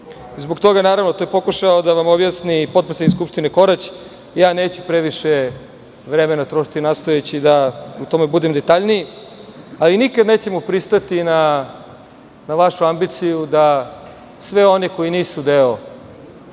zbog toga naravno, to je pokušao da vam objasni i potpredsednik skupštine, Korać, ja neću previše vremena trošiti nastojeći da u tome budem detaljniji, ali nikada nećemo pristati na vašu ambiciju da svi oni koji nisu deo